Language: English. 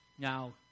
Now